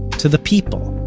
to the people.